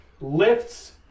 lifts